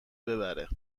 ببره